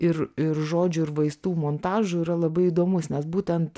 ir ir žodžių ir vaistų montažu yra labai įdomus nes būtent